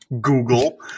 Google